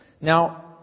Now